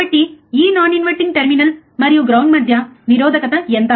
కాబట్టి ఈ non inverting terminal మరియు గ్రౌండ్ మధ్య నిరోధకత ఎంత